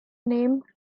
name